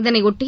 இதனைபொட்டி